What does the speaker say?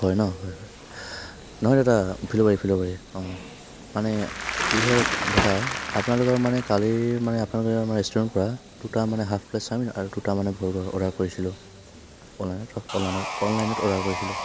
হয় ন' হয় হয় নহয় দাদা ফিল'বাৰী ফিল'বাৰী অ' মানে কি হ'ল দাদা আপোনালোকৰ মানে কালি মানে আপোনালোকে মানে ৰেষ্টুৰেণ্টৰ পৰা দুটা মানে হাফকৈ চাওমিন আৰু দুটা মানে বাৰ্গাৰ অৰ্ডাৰ কৰিছিলো অনলাইনত অনলাইনত অনলাইনত অৰ্ডাৰ কৰিছিলো